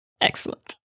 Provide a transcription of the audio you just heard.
Excellent